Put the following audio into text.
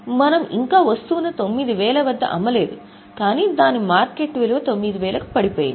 మనము ఇంకా వస్తువును 9000 వద్ద అమ్మలేదు కానీ దాని మార్కెట్ విలువ 9000 కి పడిపోయింది